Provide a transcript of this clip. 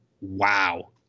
wow